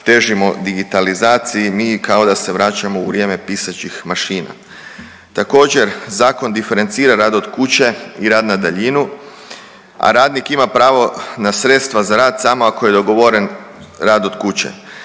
težimo digitalizaciji mi kao da se vraćamo u vrijeme pisaćih mašina. Također zakon diferencira rad od kuće i rad na daljinu, a radnik ima pravo na sredstva za rad samo ako je dogovoren rad od kuće.